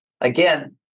again